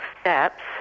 steps